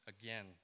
again